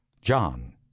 john